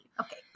Okay